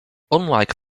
unlike